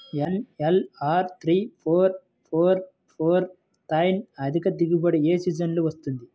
NLR three four four four nine అధిక దిగుబడి ఏ సీజన్లలో వస్తుంది?